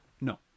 No